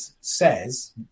says